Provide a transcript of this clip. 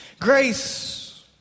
Grace